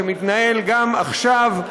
שמתנהל גם עכשיו,